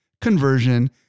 conversion